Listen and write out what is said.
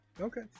Okay